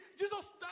Jesus